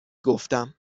گفتم